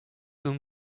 umm